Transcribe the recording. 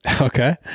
okay